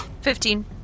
Fifteen